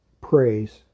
Praise